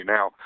Now